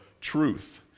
truth